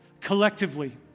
collectively